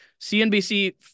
CNBC